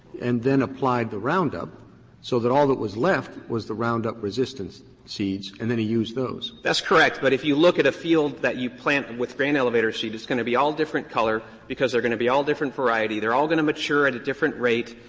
and then applied the roundup so that all that was left was the roundup ready-resistance seeds, and then he used those. walters that's correct. but if you look at a field that you've planted with grain elevator seed, it's going to be all different colors, because they're going to be all different varieties, they're all going to mature at a different rate.